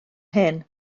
hyn